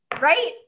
right